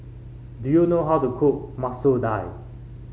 do you know how to cook Masoor Dal